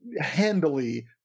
handily